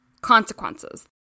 consequences